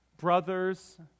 brothers